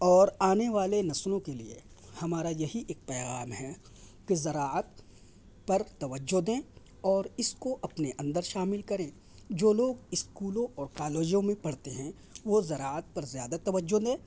اور آنے والے نسلوں کے لیے ہمارا یہی ایک پیغام ہے کہ زراعت پر توجہ دیں اور اس کو اپنے اندر شامل کریں جو لوگ اسکولوں اور کالجوں میں پڑھتے ہیں وہ زراعت پر زیادہ توجہ دیں